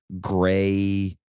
gray